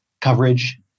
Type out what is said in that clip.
coverage